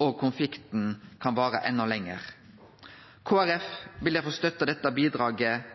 og konflikten kan vare enda lenger. Kristeleg Folkeparti vil derfor støtte dette bidraget